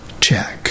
check